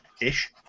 Ish